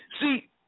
See